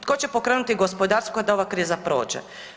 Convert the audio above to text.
Tko će pokrenuti gospodarstvo kad ova kriza prođe?